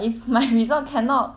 then what should I do sia